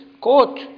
quote